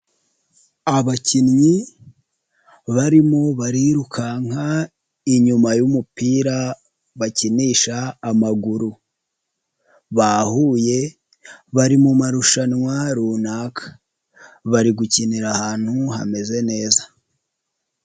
Abakinnyi barimo barirukanka inyuma y'umupira bakinisha amaguru, bahuye bari marushanwa runaka, bari gukinira ahantu hameze neza.